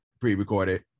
pre-recorded